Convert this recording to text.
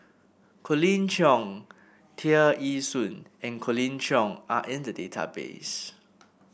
Colin Cheong Tear Ee Soon and Colin Cheong are in the database